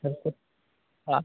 ठीक है हाँ